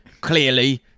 clearly